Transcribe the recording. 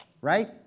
Right